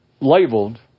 labeled